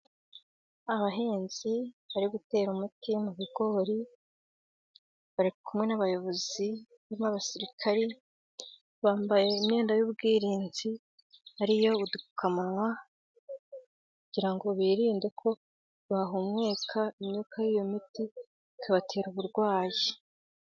Abahinzi bari gutera umuti mu bigori, bari kumwe n'abayobozi n'abasirikari, bambaye imyenda y'ubwirinzi, ari yo udupfukamunwa, kugira ngo birinde ko bahumeka imyuka y'iyo miti ikabatera uburwayi.